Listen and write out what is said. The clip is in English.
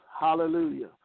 Hallelujah